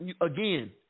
Again